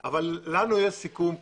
אבל לנו יש סיכום,